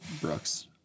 Brooks